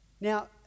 Now